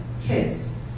kids